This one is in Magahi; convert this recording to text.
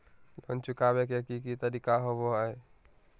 लोन चुकाबे के की तरीका होबो हइ?